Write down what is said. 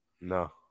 No